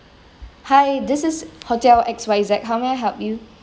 hi this is hotel X Y Z how may I help you